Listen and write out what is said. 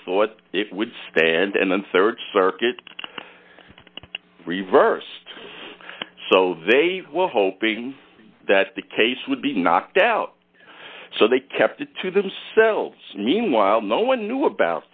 thought it would stand and then rd circuit reversed so they were hoping that the case would be knocked out so they kept it to themselves meanwhile no one knew about